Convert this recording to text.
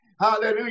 Hallelujah